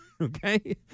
Okay